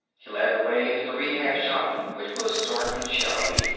he led the way into the rehab shop, which was dark and shadowy,